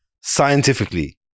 Scientifically